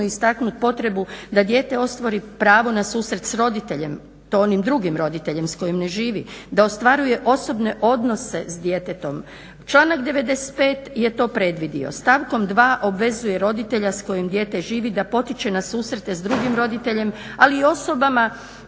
istaknuti potrebu da dijete ostvari pravo na susret s roditeljem to onim drugim roditeljem s kojim ne živi, da ostvaruje osobne odnose s djetetom. Članak 95.je to predvidio, stavkom 2.obvezuje roditelja s kojim dijete živi da potiče na susrete s drugim roditeljem ali i osobama